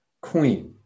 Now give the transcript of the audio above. queen